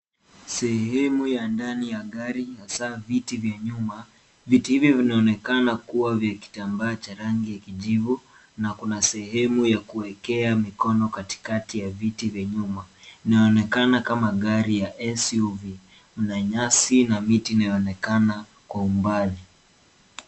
Sehemu ya ndani ya gari hasaa viti vya nyuma. Viti hivyo vinaonekana kuwa vya kitambaa cha rangi ya kijivu na kuna sehemu ya kuekea mikono katikati ya viti vya nyuma inaonekama kama gari ya SUV. Kuna nyasi na miti inayoonekana kwa umbali.